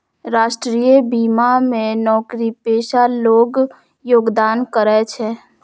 राष्ट्रीय बीमा मे नौकरीपेशा लोग योगदान करै छै